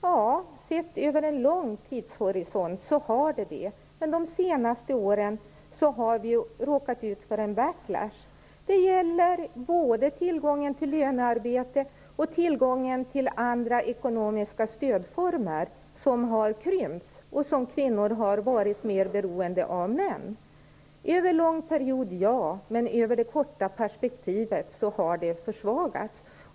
Ja, över ett långt tidsperspektiv har det stärkts, men under de senaste åren har vi råkat ut för en backlash. Det gäller både tillgången till lönearbete och tillgången till olika ekonomiska stödformer, som har krympts och som kvinnor har varit mer beroende av än män. Över en lång period har oberoendet stärkts, men i det korta perspektivet har det försvagats.